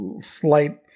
slight